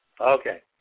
Okay